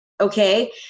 okay